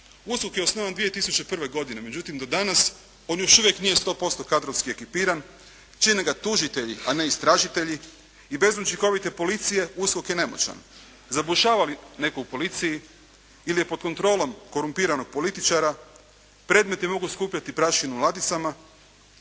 USKOK je osnovan 2001. godine, međutim do danas on još nije 100% kadrovski ekipiran. Čine ga tužitelji, a ne istražitelji i bez učinkovite policije USKOK je nemoćan. Zabušava li netko u policiji ili je pod kontrolom korumpiranog političara, predmeti mogu skupljati prašinu u ladicama